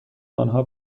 آنها